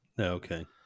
Okay